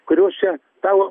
kuriose tavo